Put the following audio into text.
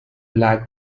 lack